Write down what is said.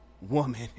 woman